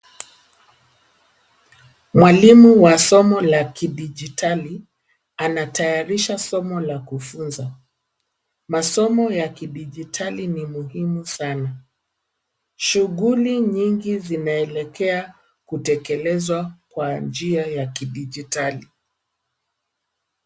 Mwalimu wa somo la kidijitali anatayarisha somo la kufunza, masomo ya kidijitali ni muhimu sana shughuli nyingi zime elekea kutekelezwa kwa njia ya kidijitali.